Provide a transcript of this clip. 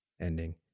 ending